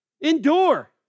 Endure